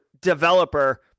developer